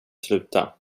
sluta